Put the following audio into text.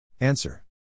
Answer